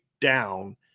down